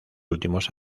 últimos